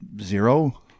Zero